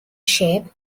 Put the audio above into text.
shape